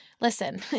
Listen